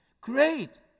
Great